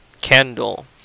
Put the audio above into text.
candle